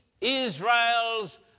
Israel's